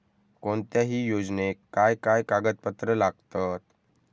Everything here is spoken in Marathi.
कोणत्याही योजनेक काय काय कागदपत्र लागतत?